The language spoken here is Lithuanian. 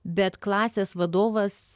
bet klasės vadovas